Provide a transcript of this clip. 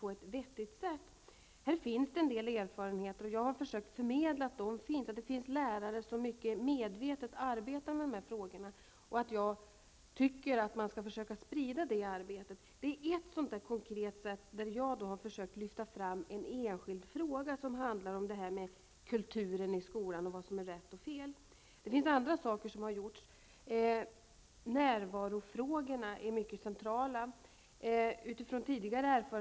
Det finns en del erfarenheter på detta område, och jag har försökt förmedla att de finns. Det finns lärare som arbetar mycket medvetet med dessa frågor, och jag anser att man skall försöka sprida de kunskaperna. Detta är ett konkret exempel där jag försökt lyfta fram en enskild fråga när det gäller kulturen i skolan och vad som är rätt och fel. Det finns också annat som gjorts på detta område, och i detta sammanhang är frågan om närvaro mycket central.